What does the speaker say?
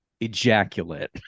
ejaculate